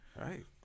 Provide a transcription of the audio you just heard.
right